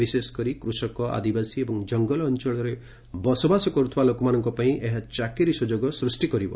ବିଶେଷକରି କୂଷକ ଆଦିବାସୀ ଏବଂ ଜଙ୍ଗଲ ଅଞ୍ଚଳରେ ବସବାସ କରୁଥିବା ଲୋକମାନଙ୍କ ପାଇଁ ଏହା ଚାକିରି ସୁଯୋଗ ସୃଷ୍ଟି କରିବ